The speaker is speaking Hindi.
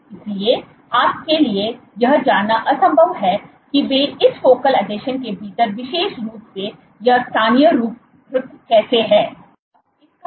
इसलिए आपके लिए यह जानना असंभव है कि वे इस फोकल आसंजन के भीतर विशेष रूप से यह स्थानीयकृत कैसे हैं